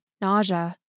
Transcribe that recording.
nausea